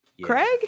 Craig